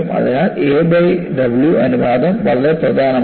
അതിനാൽ a by W അനുപാതം വളരെ പ്രധാനമാണ്